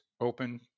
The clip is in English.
open